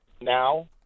Now